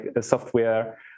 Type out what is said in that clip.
software